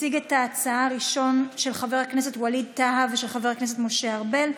של חבר הכנסת ווליד טאהא ושל חבר הכנסת משה ארבל.